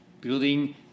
building